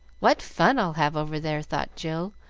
what fun i'll have over there, thought jill,